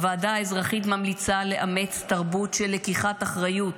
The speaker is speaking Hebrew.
הוועדה האזרחית ממליצה לאמץ תרבות של לקיחת אחריות,